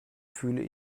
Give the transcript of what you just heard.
fühle